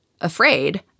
afraid